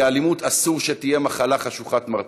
כי האלימות אסור שתהיה מחלה חשוכת מרפא.